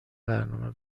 برنامه